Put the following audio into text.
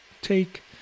take